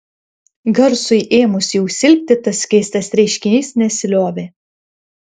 garsui ėmus jau silpti tas keistas reiškinys nesiliovė